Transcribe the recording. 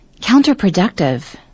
counterproductive